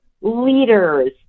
leaders